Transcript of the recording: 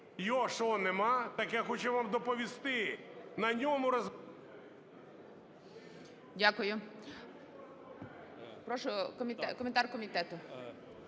Його що, нема? Так я хочу вам доповісти, на ньому… ГОЛОВУЮЧИЙ. Дякую. Прошу, коментар комітету.